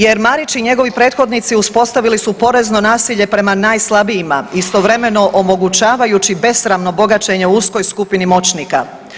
Jer Marić i njegovi prethodnici uspostavili su porezno nasilje prema najslabijima, istovremeno omogućavajući besramno bogaćenje uskoj skupini moćnika.